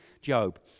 Job